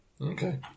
Okay